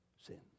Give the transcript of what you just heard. sin